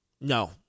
No